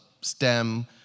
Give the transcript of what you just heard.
STEM